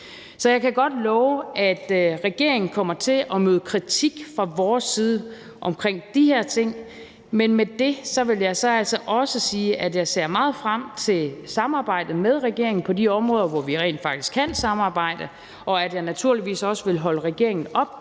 Så jeg kan godt love, at regeringen kommer til at møde kritik fra vores side om de her ting, men med det vil jeg altså også sige, at jeg ser meget frem til samarbejdet med regeringen på de områder, hvor vi rent faktisk kan samarbejde, og at jeg naturligvis også vil holde regeringen op